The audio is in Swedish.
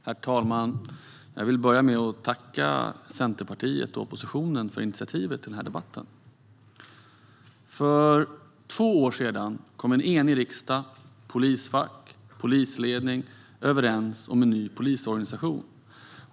Herr talman! Jag vill börja med att tacka Centerpartiet och oppositionen för initiativet till denna debatt. För två år sedan kom en enig riksdag, polisfack och polisledning överens om en ny polisorganisation.